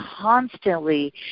constantly